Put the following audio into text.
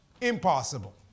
Impossible